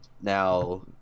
now